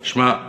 שמע,